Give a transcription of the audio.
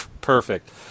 perfect